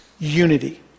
unity